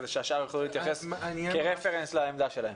כדי שהשאר יוכלו להתייחס כרפרנס לעמדה שלהם.